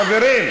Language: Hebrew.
חברים.